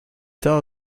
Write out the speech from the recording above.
tard